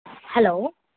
hello